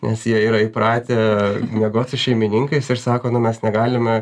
nes jie yra įpratę miegot su šeimininkais ir sako nu mes negalime